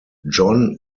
john